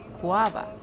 guava